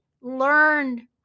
learn